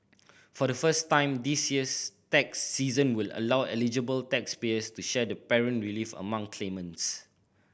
for the first time this year's tax season will allow eligible taxpayers to share the parent relief among claimants